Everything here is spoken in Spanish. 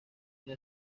una